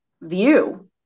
view